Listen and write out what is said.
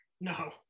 No